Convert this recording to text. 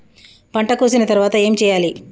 పంట కోసిన తర్వాత ఏం చెయ్యాలి?